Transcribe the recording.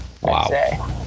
Wow